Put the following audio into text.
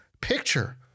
picture